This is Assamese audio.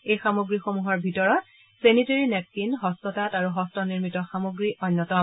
এই সামগ্ৰীসমূহৰ ভিতৰত চেনীটেৰী নেপকিন হস্ততাঁত আৰু হস্তনিৰ্মিত সামগ্ৰী অন্যতম